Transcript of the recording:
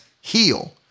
heal